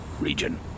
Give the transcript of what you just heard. region